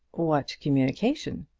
what communication?